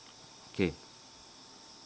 K